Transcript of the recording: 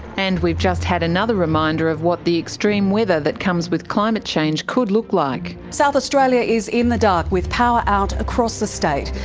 and we've just had another reminder of what the extreme weather that comes with climate change could look like. south australia is in the dark with power out across the state.